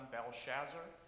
Belshazzar